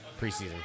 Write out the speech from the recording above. preseason